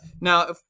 Now